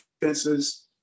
defenses